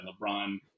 LeBron